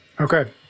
okay